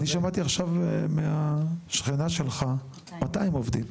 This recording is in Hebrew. אני שמעתי עכשיו מהשכנה שלך 200 עובדים.